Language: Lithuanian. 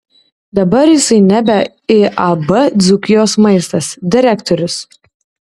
dabar jisai nebe iab dzūkijos maistas direktorius